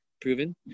proven